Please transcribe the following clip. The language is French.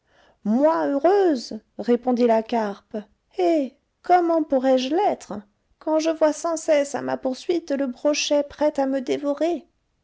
moi heureuse répondit la carpe eh comment pourrais-je l'être quand je vois sans cesse à ma poursuite le brochet prêt à me dévorer